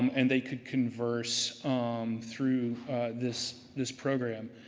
and they could converse through this this program.